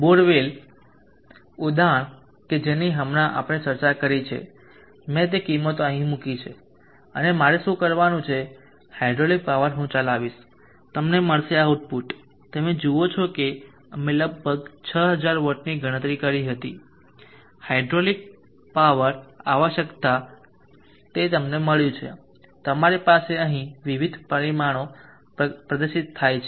બોર well ઉદાહરણ કે જેની હમણાં આપણે ચર્ચા કરી છે મેં તે કિંમતો અહીં મૂકી છે અને મારે શું કરવાનું છે હાઇડ્રોલિક પાવર હું ચલાવીશ તમને મળશે આઉટપુટ તમે જુઓ છો કે અમે લગભગ 6000 વોટની ગણતરી કરી હતી હાઇડ્રોલિક પાવર આવશ્યકતા તે તમને મળ્યું છે તમારી પાસે અહીં વિવિધ પરિમાણો પ્રદર્શિત થાય છે